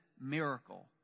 miracle